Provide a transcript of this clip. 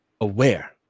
aware